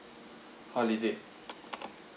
holiday